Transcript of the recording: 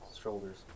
shoulders